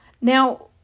Now